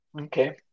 okay